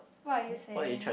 what are you saying